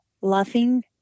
laughing